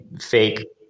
fake